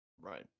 Right